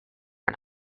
are